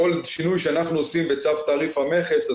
כל שינוי שאנחנו עושים בצו תעריף המכס,